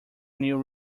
new